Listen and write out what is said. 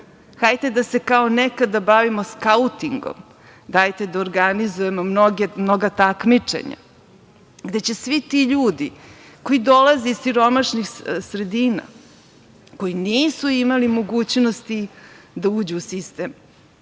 Hajde da se kao nekada bavimo skautingom, dajte da organizujemo mnoga takmičenja, gde će svi ti ljudi koji dolaze iz siromašnih sredina, koji nisu imali mogućnosti da uđu u sistem